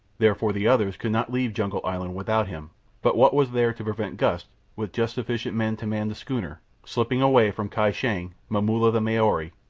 therefore the others could not leave jungle island without him but what was there to prevent gust, with just sufficient men to man the schooner, slipping away from kai shang, momulla the maori,